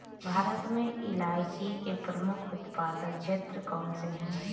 भारत में इलायची के प्रमुख उत्पादक क्षेत्र कौन से हैं?